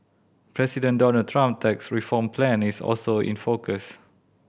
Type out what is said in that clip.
President Donald Trump tax reform plan is also in focus